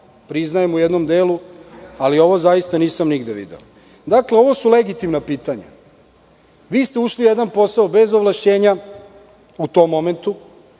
priznajem u jednom delu, ali ovo zaista nisam nigde video. Dakle, ovo su legitimna pitanja. Vi ste ušli u jedan posao bez ovlašćenja u tom momentu.